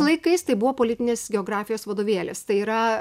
laikais tai buvo politinės geografijos vadovėlis tai yra